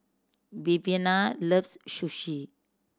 Viviana loves Sushi